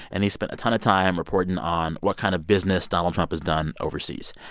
and he spent a ton of time reporting on what kind of business donald trump has done overseas.